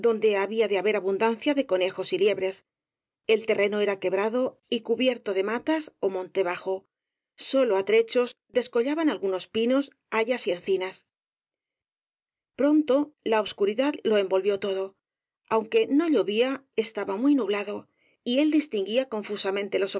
había de haber abundancia de conejos y liebres el terreno era quebrado y cubierto de matas ó monte bajo sólo á trechos descollaban algunos pinos ha yas y encinas pronto la obscuridad lo envolvió todo aunque no llovía estaba muy nublado y él distinguía con fusamente los